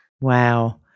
Wow